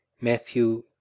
Matthew